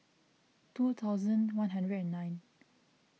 two thousand one hundred and nine